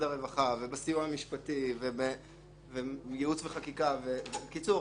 הרווחה ובסיוע המשפטי ומייעוץ וחקיקה בקיצור,